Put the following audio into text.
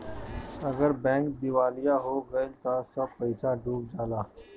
अगर बैंक दिवालिया हो गइल त सब पईसा डूब जाला